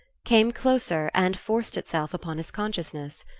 came closer and forced itself upon his consciousness.